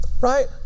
Right